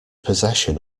possession